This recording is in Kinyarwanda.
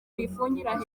uyifungira